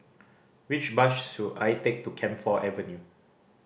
which bus should I take to Camphor Avenue